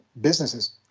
businesses